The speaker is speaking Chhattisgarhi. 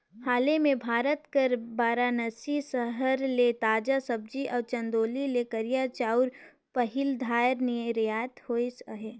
हाले में भारत कर बारानसी सहर ले ताजा सब्जी अउ चंदौली ले करिया चाँउर पहिल धाएर निरयात होइस अहे